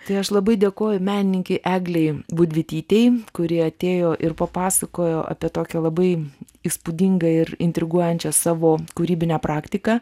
tai aš labai dėkoju menininkei eglei budvytytei kuri atėjo ir papasakojo apie tokią labai įspūdingą ir intriguojančią savo kūrybinę praktiką